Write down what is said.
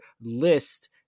list